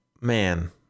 man